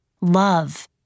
love